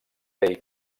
bay